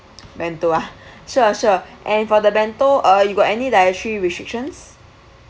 bento ah sure sure and for the bento uh you got any dietary restrictions